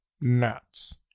nuts